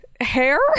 Hair